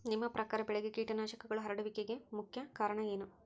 ನಿಮ್ಮ ಪ್ರಕಾರ ಬೆಳೆಗೆ ಕೇಟನಾಶಕಗಳು ಹರಡುವಿಕೆಗೆ ಮುಖ್ಯ ಕಾರಣ ಏನು?